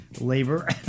labor